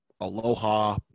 Aloha